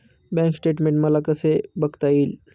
Bank statement मला कसे बघता येईल?